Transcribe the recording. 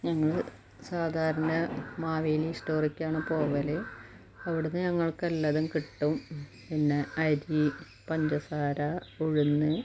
ഞങ്ങൾ സാധാരണ മാവേലി സ്റ്റോറിൽക്കാണ് പോവൽ അവിടുന്ന് ഞങ്ങൾക്ക് എല്ലാതും കിട്ടും പിന്നെ അരി പഞ്ചസാര ഉഴുന്ന്